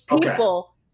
people